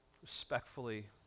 respectfully